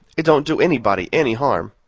it don't do anybody any harm,